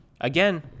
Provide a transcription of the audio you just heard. again